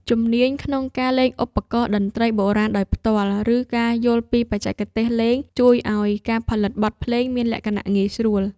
ជំនាញក្នុងការលេងឧបករណ៍តន្ត្រីបុរាណដោយផ្ទាល់ ឬការយល់ពីបច្ចេកទេសលេង ជួយឱ្យការផលិតបទភ្លេងមានលក្ខណៈងាយស្រួល។